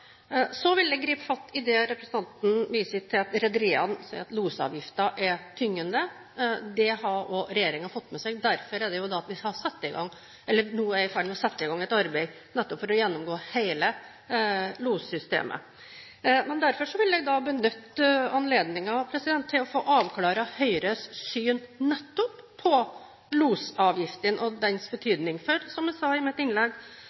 Så vil jeg gripe fatt i det representanten viser til, at rederiene sier at losavgiften er tyngende. Det har regjeringen fått med seg. Derfor er vi nå i ferd med å sette i gang et arbeid for å gjennomgå hele lossystemet. Jeg vil benytte anledningen til å få avklart Høyres syn nettopp på losavgiftene og deres betydning. Som jeg sa i mitt innlegg,